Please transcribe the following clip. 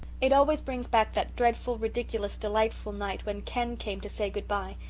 it always brings back that dreadful, ridiculous, delightful night when ken came to say good-bye,